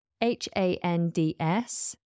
H-A-N-D-S